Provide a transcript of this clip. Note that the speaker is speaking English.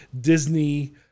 Disney